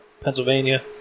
Pennsylvania